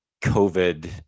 COVID